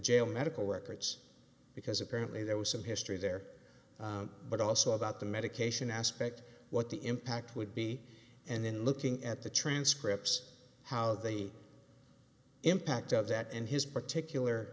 jail medical records because apparently there was some history there but also about the medication aspect what the impact would be and then looking at the transcripts how the impact of that and his particular